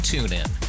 TuneIn